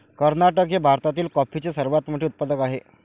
कर्नाटक हे भारतातील कॉफीचे सर्वात मोठे उत्पादक आहे